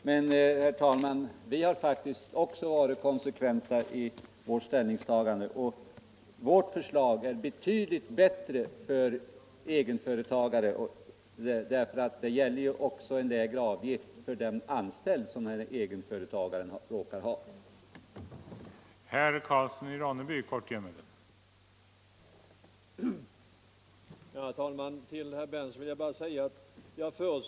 Men vi moderater har som sagt också varit konsekventa i vårt ställningstagande, och vårt förslag är dessutom betydligt bättre för egenföretagarna, eftersom det också ger en lägre avgift för den person som egenföretagaren råkar ha anställd.